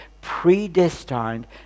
predestined